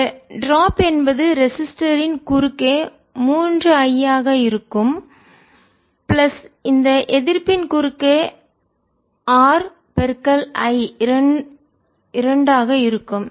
இந்த டிராப் என்பது ரெசிஸ்டர் ன் மின்தடையின் குறுக்கே மூன்று I ஆக இருக்கும்பிளஸ் இந்த எதிர்ப்பின் குறுக்கே R I2 ஆக இருக்கும்